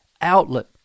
outlet